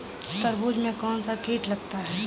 तरबूज में कौनसा कीट लगता है?